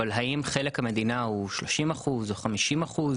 אבל אם חלק המדינה ברווחים הוא 30 אחוז או 50 אחוז